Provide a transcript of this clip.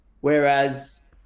whereas